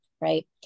Right